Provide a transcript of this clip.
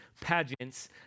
pageants